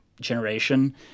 generation